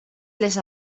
les